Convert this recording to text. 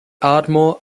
ardmore